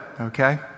okay